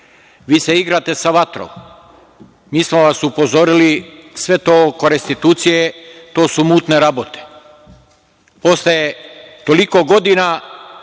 Vi se igrate sa vatrom. Mi smo vas upozorili. Sve to oko restitucije, to su mutne rabote. Posle toliko godina